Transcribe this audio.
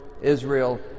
Israel